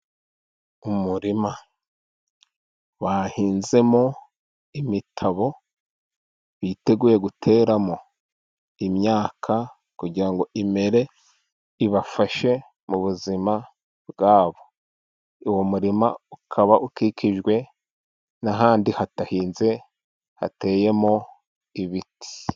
Umurima bahinzemo imitabo biteguye guteramo imyaka， kugira ngo imere， ibafashe mu buzima bwabo. Uwo murima ukaba ukikijwe n'ahandi hadahinze，hateyemo ibiti.